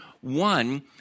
One